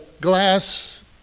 glass